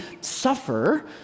suffer